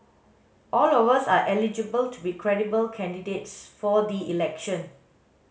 all of us are eligible to be credible candidates for the election